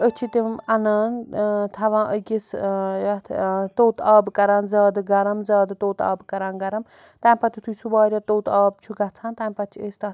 أسۍ چھِ تِم اَنان تھاوان أکِس یَتھ توٚت آبہٕ کَران زیادٕ گرم زیادٕ توٚت آب کَران گرَم تَمہِ پَتہٕ یُتھُے سُہ واریاہ توٚت آب چھُ گَژھان تَمہِ پَتہٕ چھِ أسۍ تَتھ